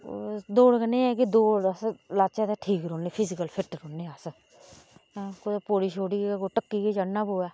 दौड़ कन्नै एह् ऐ कि दौड़ असें लाहचै ते ठीक रौहन्ने फिजिकल फिट रौहने अस कुतै पौढ़ी शौढ़ी गै कुतै ढक्की गै चढ़ने पवै